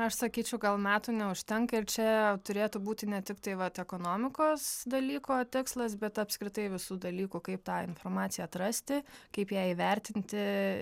aš sakyčiau gal metų neužtenka ir čia turėtų būti ne tiktai vat ekonomikos dalyko tikslas bet apskritai visų dalykų kaip tą informaciją atrasti kaip ją įvertinti